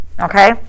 okay